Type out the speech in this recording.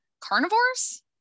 carnivores